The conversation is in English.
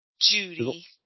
Judy